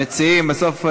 המציעים, בסוף,